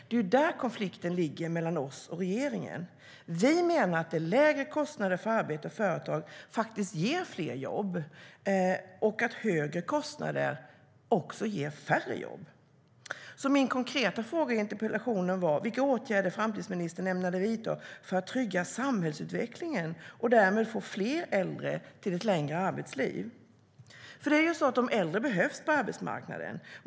Det är där konflikten ligger mellan oss och regeringen. Vi menar att lägre kostnader för arbete och företag faktiskt ger fler jobb och att högre kostnader ger färre jobb. Min konkreta fråga i interpellationen var vilka åtgärder framtidsministern ämnade vidta för att trygga samhällsutvecklingen och därmed få fler äldre till ett längre arbetsliv. De äldre behövs på arbetsmarknaden.